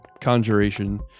Conjuration